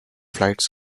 flights